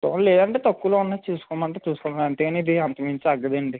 చూడండి లేదంటే తక్కువలో ఉన్నది చూసుకోమంటే చూసుకుందాం అంతే కానీ ఇది అంతకు మించి తగ్గదండి